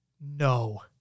No